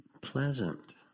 pleasant